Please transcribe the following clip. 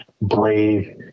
brave